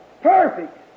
perfect